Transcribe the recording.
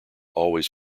always